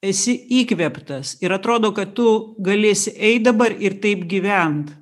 esi įkvėptas ir atrodo kad tu galėsi eit dabar ir taip gyvent